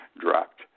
dropped